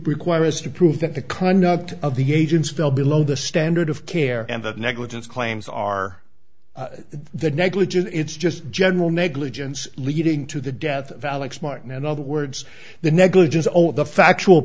require as to prove that the conduct of the agents fell below the standard of care and that negligence claims are the negligent it's just general negligence leading to the death of alex martin and other words the negligence all of the factual